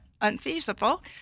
unfeasible